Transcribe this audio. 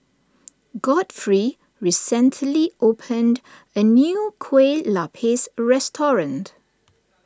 Godfrey recently opened a new Kueh Lapis restaurant